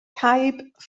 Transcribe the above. caib